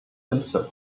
simpson